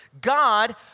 God